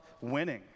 winning